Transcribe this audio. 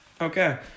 Okay